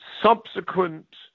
subsequent